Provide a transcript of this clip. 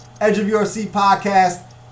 edgeofyourseatpodcast